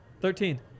Thirteen